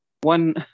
One